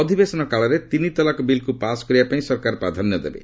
ଅଧିବେଶନ କାଳରେ ତିନି ତଲାକ ବିଲ୍କୁ ପାଶ୍ କରାଇବା ଲାଗି ସରକାର ପ୍ରାଧାନ୍ୟ ଦେବେ